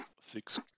six